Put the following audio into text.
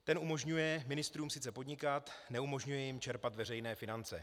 Ten umožňuje ministrům sice podnikat, neumožňuje jim čerpat veřejné finance.